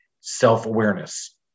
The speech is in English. self-awareness